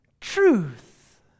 truth